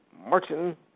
Martin